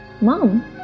Mom